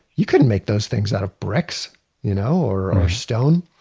you couldn't make those things out of bricks you know or or stone.